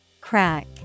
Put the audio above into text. Crack